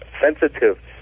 sensitive